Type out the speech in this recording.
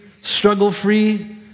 struggle-free